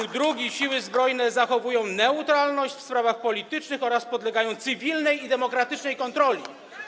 Ust. 2: Siły Zbrojne zachowują neutralność w sprawach politycznych oraz podlegają cywilnej i demokratycznej kontroli.